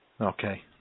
Okay